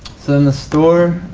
so and the store.